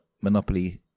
monopoly